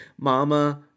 Mama